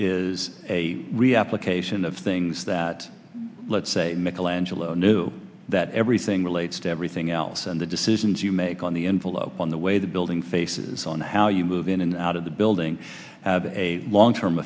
is a reaffirmation of things that let's say michelangelo knew that everything relates to everything else and the decisions you make on the envelope on the way the building faces on how you move in and out of the building have a long term